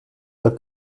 pel